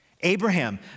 Abraham